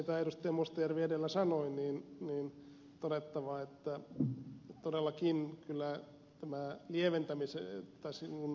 mustajärvi edellä sanoi on todettava että todellakin kyllä tämä ed